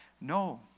no